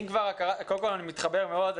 אני מתחבר מאוד.